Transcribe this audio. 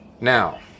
Now